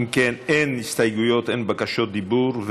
אם כן, אין הסתייגויות, אין בקשות דיבור.